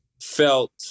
felt